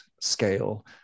scale